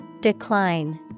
Decline